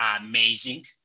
amazing